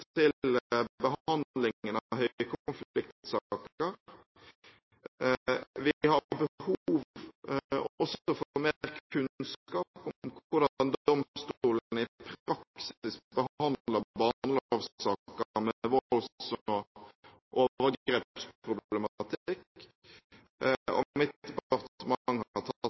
til behandlingen av høykonfliktsaker. Vi har også behov for mer kunnskap om hvordan domstolene i praksis behandler barnelovsaker med volds- og overgrepsproblematikk, og mitt